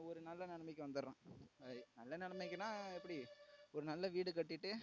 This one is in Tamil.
ஒரு நல்ல நிலமைக்கு வந்து விட்றான் நல்ல நிலமைக்குன்னா எப்படி ஒரு நல்ல வீடு கட்டிவிட்டு